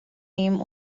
name